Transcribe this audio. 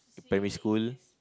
primary school